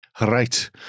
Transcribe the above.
Right